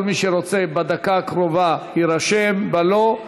כל מי שרוצה בדקה הקרובה, יירשם, ולא,